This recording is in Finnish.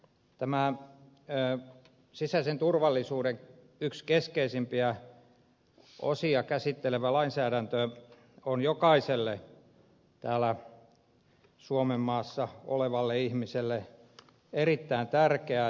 tämä sisäisen turvallisuuden eräitä keskeisimpiä osia käsittelevä lainsäädäntö on jokaiselle täällä suomen maassa olevalle ihmiselle erittäin tärkeä